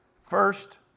First